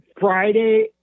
Friday